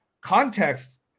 context